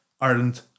Ireland